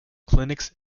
clinics